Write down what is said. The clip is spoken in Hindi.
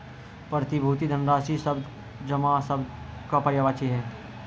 प्रतिभूति धनराशि शब्द जमा शब्द का पर्यायवाची है